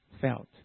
felt